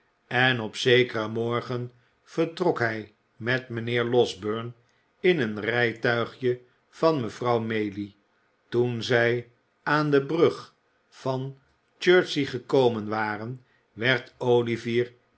en op zekeren morgen vertrok hij met mijnheer losberne in een rijtuigje van mevrouw maylie toen zij aan de brug bij chertsey gekomen waren werd olivier